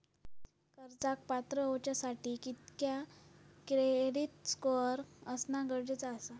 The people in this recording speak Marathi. कर्जाक पात्र होवच्यासाठी कितक्या क्रेडिट स्कोअर असणा गरजेचा आसा?